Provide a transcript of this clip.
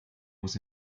was